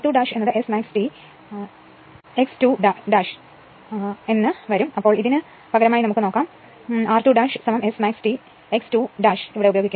അതുകൊണ്ടുതന്നെ r2S max T x 2 ഇനി നമ്മൾ ഇതിന് പകരമായി r2S max T x 2 ഉപയോഗിക്കും